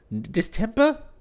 Distemper